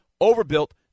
overbuilt